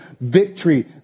victory